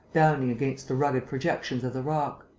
bounding against the rugged projections of the rock.